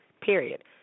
period